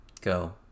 Go